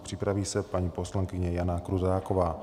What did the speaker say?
Připraví se paní poslankyně Jana Krutáková.